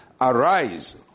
Arise